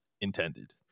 intended